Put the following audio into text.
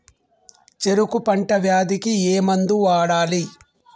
చెరుకు పంట వ్యాధి కి ఏ మందు వాడాలి?